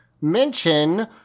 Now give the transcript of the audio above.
mention